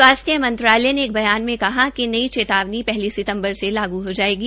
स्वास्थ्य मंत्रालय ने एक बयान में कहा है कि नई चेतावनी पहली सितम्बर से लागू हो जायेगी